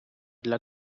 для